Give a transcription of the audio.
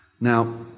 Now